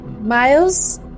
Miles